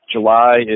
July